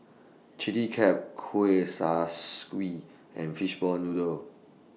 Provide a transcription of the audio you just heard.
Chilli Crab Kueh Kaswi and Fishball Noodle